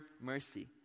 mercy